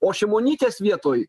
o šimonytės vietoj